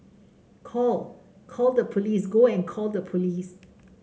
call call the police go and call the police